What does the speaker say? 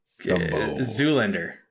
Zoolander